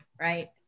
Right